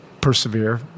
persevere